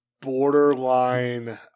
borderline